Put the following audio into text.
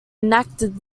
enacted